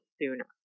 sooner